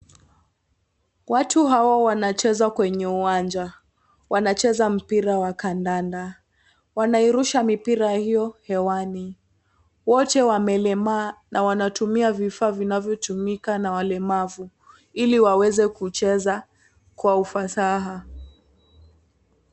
Watu hawa wanacheza kwenye uwanja. Wanacheza mpira wa kandanda. Wanairusha mipira hiyo hewani. Wote wamelemaa na wanatumia vifaa vinavyotumika na walemavu. Ili waweze kucheza kwa ufasaha.